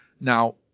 Now